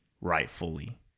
rightfully